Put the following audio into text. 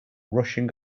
rushing